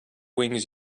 wings